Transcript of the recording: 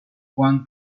juan